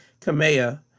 Kamea